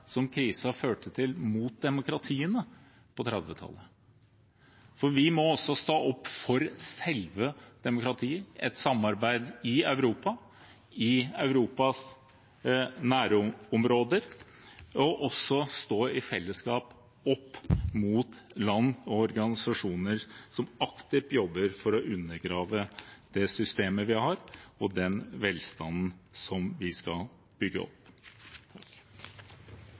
som krisen førte til på 1930-tallet, for vi må også stå opp for selve demokratiet, et samarbeid i Europa og i Europas nærområder, og vi må i fellesskap stå opp mot land og organisasjoner som aktivt jobber for å undergrave det systemet vi har, og den velstanden vi skal bygge opp.